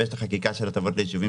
ויש את החקיקה של הטבות לישובים,